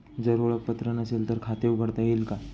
जर ओळखपत्र नसेल तर खाते उघडता येईल का?